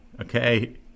okay